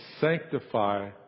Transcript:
sanctify